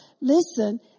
Listen